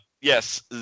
yes